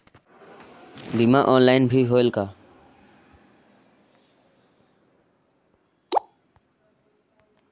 बीमा ऑनलाइन भी होयल का?